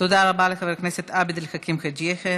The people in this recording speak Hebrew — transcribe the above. תודה רבה לחבר הכנסת עבד אל חכים חאג' יחיא.